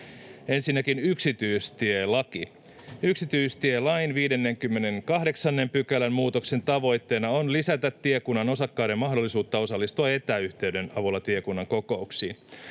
Ensinnäkin yksityistielaki: Yksityistielain 58 §:n muutoksen tavoitteena on lisätä tiekunnan osakkaiden mahdollisuutta osallistua etäyhteyden avulla tiekunnan kokouksiin.